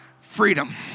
Freedom